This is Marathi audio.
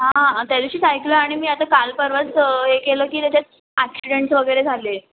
हां त्या दिवशीच ऐकलं आणि आता मी काल परवाच हे केलं की त्याच्यात ॲक्सिडेंटस वगैरे झाले